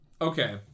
Okay